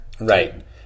Right